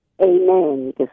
Amen